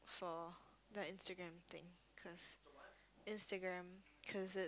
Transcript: for the Instagram thing cause Instagram cause it's